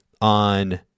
on